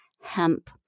hemp